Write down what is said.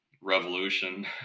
revolution